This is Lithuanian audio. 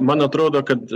man atrodo kad